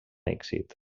èxit